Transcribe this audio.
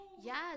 Yes